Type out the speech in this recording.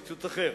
ציטוט אחר,